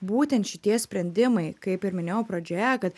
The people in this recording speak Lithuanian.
būtent šitie sprendimai kaip ir minėjau pradžioje kad